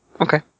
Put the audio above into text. Okay